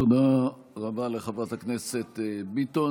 תודה רבה לחברת הכנסת ביטון.